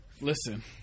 Listen